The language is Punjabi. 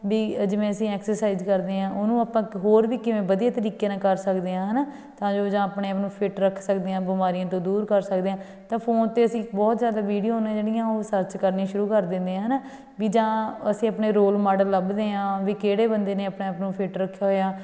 ਵੀ ਜਿਵੇਂ ਅਸੀਂ ਐਕਸਰਸਾਈਜ ਕਰਦੇ ਹਾਂ ਉਹਨੂੰ ਆਪਾਂ ਹੋਰ ਵੀ ਕਿਵੇਂ ਵਧੀਆ ਤਰੀਕੇ ਨਾਲ ਕਰ ਸਕਦੇ ਹਾਂ ਹੈ ਨਾ ਤਾਂ ਜੋ ਜਾਂ ਆਪਣੇ ਆਪ ਨੂੰ ਫਿਟ ਰੱਖ ਸਕਦੇ ਹਾਂ ਬਿਮਾਰੀਆਂ ਤੋਂ ਦੂਰ ਕਰ ਸਕਦੇ ਹਾਂ ਤਾਂ ਫੋਨ 'ਤੇ ਅਸੀਂ ਬਹੁਤ ਜ਼ਿਆਦਾ ਵੀਡੀਓ ਨੇ ਜਿਹੜੀਆਂ ਉਹ ਸਰਚ ਕਰਨੀਆਂ ਸ਼ੁਰੂ ਕਰ ਦਿੰਦੇ ਹਾਂ ਹੈ ਨਾ ਵੀ ਜਾਂ ਅਸੀਂ ਆਪਣੇ ਰੋਲ ਮਾਡਲ ਲੱਭਦੇ ਹਾਂ ਵੀ ਕਿਹੜੇ ਬੰਦੇ ਨੇ ਆਪਣੇ ਆਪ ਨੂੰ ਫਿਟ ਰੱਖਿਆ ਹੋਇਆ